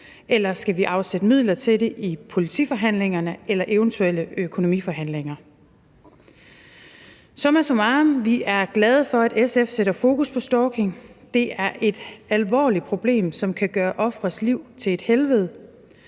eller skal vi afsætte midler til det i politiforhandlingerne eller eventuelle økonomiforhandlinger? Summa summarum, vi er glade for, at SF sætter fokus på stalking, for det er et alvorligt problem, som kan gøre ofres liv til et helvede.